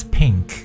pink